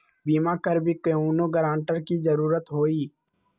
बिमा करबी कैउनो गारंटर की जरूरत होई?